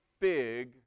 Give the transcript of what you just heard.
fig